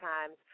times